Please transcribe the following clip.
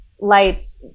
lights